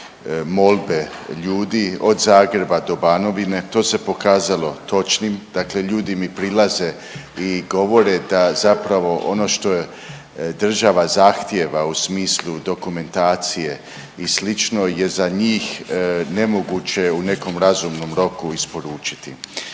molbe ljudi od Zagreba do Banovine. To se pokazalo točnim. Dakle, ljudi mi prilaze i govore da zapravo ono što država zahtijeva u smislu dokumentacije i slično je za njih nemoguće u nekom razumnom roku isporučiti.